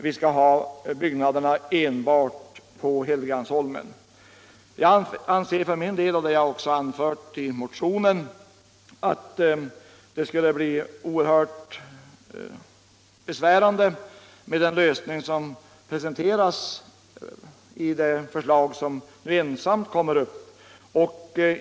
Jag anser för min del — och det har jag också anfört i motionen - att det skulle bli oerhört besvärande med den lösning som presenteras 1 det förslag som nu ensamt kommer upp.